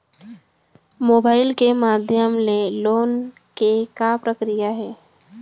Mobile के माधयम ले लोन के का प्रक्रिया हे?